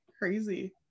crazy